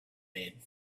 made